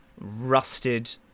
rusted